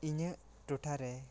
ᱤᱧᱟᱹᱜ ᱴᱚᱴᱷᱟ ᱨᱮ